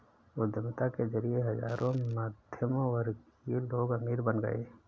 उद्यमिता के जरिए हजारों मध्यमवर्गीय लोग अमीर बन गए